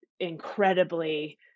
incredibly